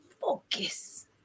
Focus